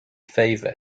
favour